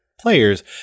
players